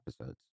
episodes